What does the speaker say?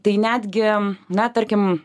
tai netgi na tarkim